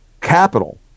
capital